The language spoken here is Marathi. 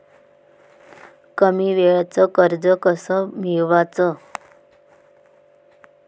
कमी वेळचं कर्ज कस मिळवाचं?